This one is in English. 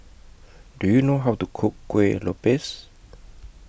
Do YOU know How to Cook Kuih Lopes